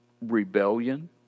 Rebellion